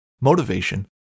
motivation